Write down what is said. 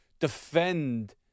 defend